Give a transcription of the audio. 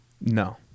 No